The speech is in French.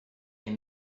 est